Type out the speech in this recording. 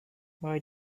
why